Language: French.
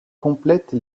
complète